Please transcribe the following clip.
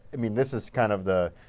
i mean this is kind of the